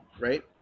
right